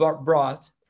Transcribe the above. brought